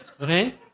Okay